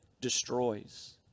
destroys